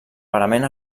parament